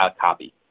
copy